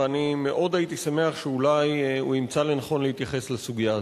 ואני מאוד הייתי שמח שאולי הוא ימצא לנכון להתייחס לסוגיה הזו.